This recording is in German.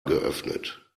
geöffnet